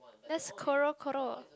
that's Goro Goro